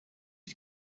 die